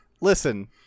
listen